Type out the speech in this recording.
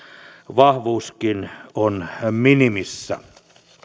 vahvuuskin on minimissä